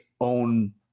own